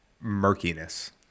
murkiness